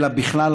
אלא בכלל,